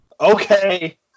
Okay